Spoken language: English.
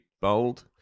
bold